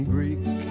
Greek